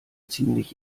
ziemlich